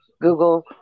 Google